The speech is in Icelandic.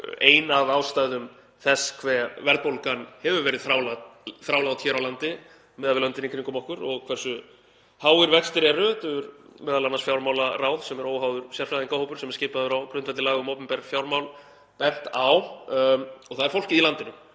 ein af ástæðum þess hve verðbólgan hefur verið þrálát hér á landi miðað við löndin í kringum okkur og hversu háir vextir eru. Þetta hefur m.a. fjármálaráð, sem er óháður sérfræðingahópur sem skipaður er á grundvelli laga um opinber fjármál, bent á. Það er fólkið í landinu,